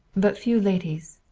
but few ladies.